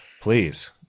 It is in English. please